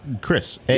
Chris